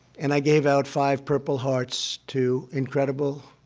and i gave out five purple hearts to incredible